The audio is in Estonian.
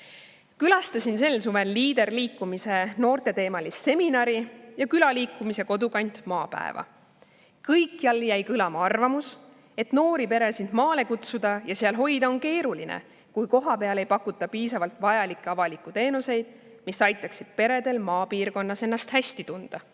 Külastasin sel suvel Leader-liikumise noorteteemalist seminari ja külaliikumise Kodukant maapäeva. Kõikjal jäi kõlama arvamus, et noori peresid maale kutsuda ja seal hoida on keeruline, kui kohapeal ei pakuta piisavalt vajalikke avalikke teenuseid, mis aitaksid peredel maapiirkonnas ennast hästi tunda.